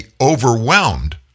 overwhelmed